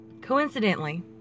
Coincidentally